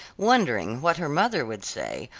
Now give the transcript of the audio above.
wondering what her mother would say,